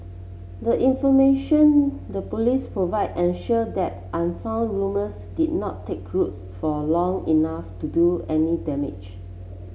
the information the Police provided ensured that unfounded rumours did not take roots for long enough to do any damage